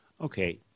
okay